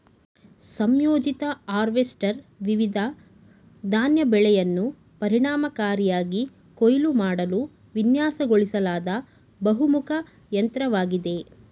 ಸಂಯೋಜಿತ ಹಾರ್ವೆಸ್ಟರ್ ವಿವಿಧ ಧಾನ್ಯ ಬೆಳೆಯನ್ನು ಪರಿಣಾಮಕಾರಿಯಾಗಿ ಕೊಯ್ಲು ಮಾಡಲು ವಿನ್ಯಾಸಗೊಳಿಸಲಾದ ಬಹುಮುಖ ಯಂತ್ರವಾಗಿದೆ